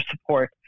support